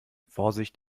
vorsicht